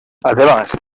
además